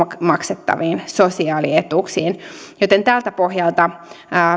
maksettaviin sosiaalietuuksiin joten tältä pohjalta